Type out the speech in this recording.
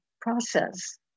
process